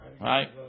right